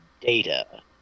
data